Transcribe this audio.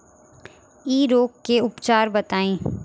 इ रोग के उपचार बताई?